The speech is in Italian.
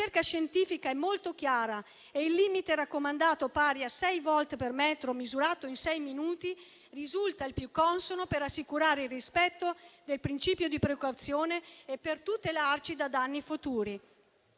La ricerca scientifica è molto chiara e il limite raccomandato, pari a 6 volte per metro misurato in sei minuti, risulta il più consono per assicurare il rispetto del principio di precauzione e per tutelarci da danni futuri.